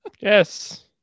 Yes